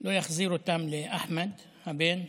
לא יחזיר אותם לאחמד, הבן,